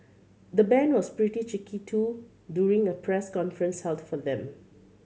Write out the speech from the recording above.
the band was pretty cheeky too during a press conference held for them